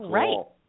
right